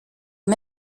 aux